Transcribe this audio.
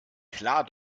klar